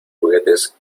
juguetes